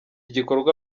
gikorwa